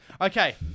Okay